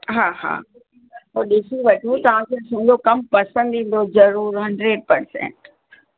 हा हा हो ॾिसी वठो तव्हां मुंहिंजो कम पसंदि ईन्दो ज़रूर हंड्रेड परसेंट